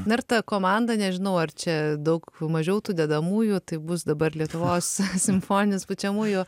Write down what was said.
na ir ta komanda nežinau ar čia daug mažiau tų dedamųjų tai bus dabar lietuvos simfoninis pučiamųjų